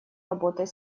работой